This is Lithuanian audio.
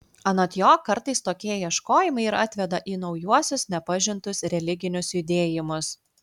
anot jo kartais tokie ieškojimai ir atveda į naujuosius nepažintus religinius judėjimus